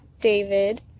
David